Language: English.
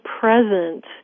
present